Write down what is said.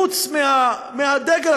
חוץ מהדגל,